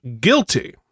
guilty